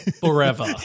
Forever